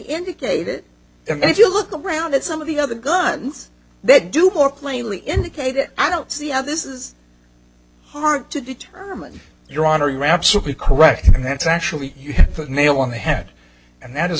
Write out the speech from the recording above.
indicated if you look around at some of the other guns they do more plainly indicated i don't see how this is hard to determine your honor you are absolutely correct and that's actually you have the nail on the head and that is